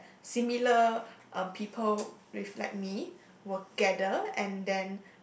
similar people with like me will gather and then